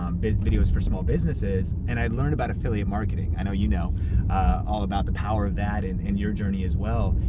um videos for small businesses, and i'd learned about affiliate marketing. i know you know all about the power of that and in your journey as well.